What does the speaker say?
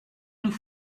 nous